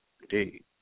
Indeed